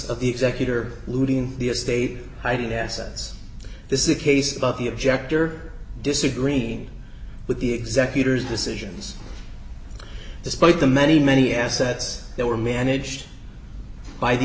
of the executor looting the estate hiding the assets this is a case about the objector disagreeing with the executors decisions despite the many many assets that were managed by the